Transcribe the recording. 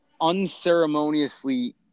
unceremoniously